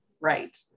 right